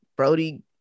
Brody